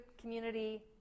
community